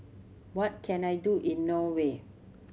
what can I do in Norway